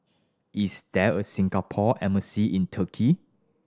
is there a Singapore Embassy in Turkey